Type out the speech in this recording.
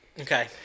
Okay